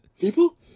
people